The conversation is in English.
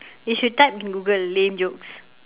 you should type google lame jokes